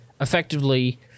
Effectively